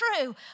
true